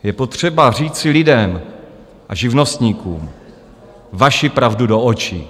Je potřeba říci lidem a živnostníkům vaši pravdu do očí.